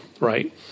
right